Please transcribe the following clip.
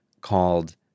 called